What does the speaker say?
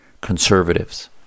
conservatives